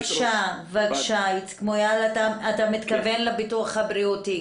בבקשה, איציק מויאל, אתה מתכוון לביטוח הבריאותי?